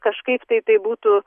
kažkaip tai tai būtų